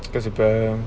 because of the